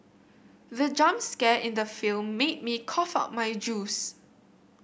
the jump scare in the film made me cough out my juice